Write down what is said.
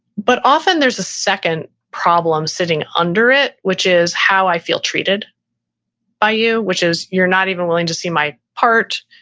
but often there's a second problem sitting under it, which is how i feel treated by you, which is you're not even willing to see my part.